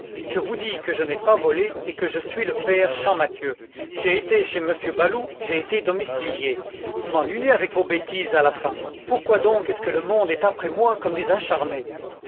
je vous dis que je n'ai pas volé et que je suis le père champmathieu j'ai été chez monsieur baloup j'ai été domicilié vous m'ennuyez avec vos bêtises à la fin pourquoi donc est-ce que le monde est après moi comme des acharnés